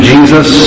Jesus